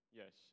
yes